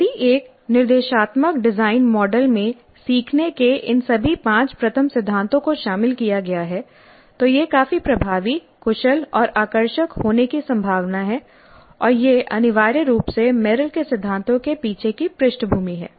यदि एक निर्देशात्मक डिजाइन मॉडल में सीखने के इन सभी पांच प्रथम सिद्धांतों को शामिल किया गया है तो यह काफी प्रभावी कुशल और आकर्षक होने की संभावना है और यह अनिवार्य रूप से मेरिल के सिद्धांतों के पीछे की पृष्ठभूमि है